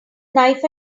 knife